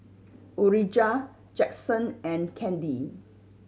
Urijah Jaxson and Candi